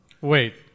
Wait